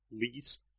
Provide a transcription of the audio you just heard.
least